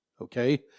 Okay